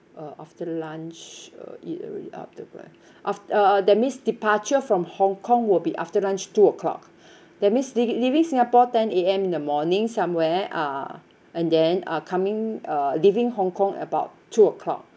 uh after the lunch uh eat already after that af~ uh uh that means departure from hong kong will be after lunch two o'clock that means lea~ leaving singapore ten A_M in the morning somewhere uh and then uh coming uh leaving hong kong about two o'clock